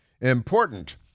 important